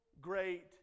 great